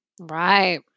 Right